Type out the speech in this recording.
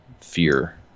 fear